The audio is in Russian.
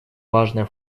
важная